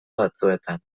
batzuetan